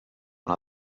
una